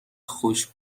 خوش